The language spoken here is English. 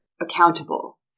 accountable